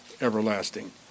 everlasting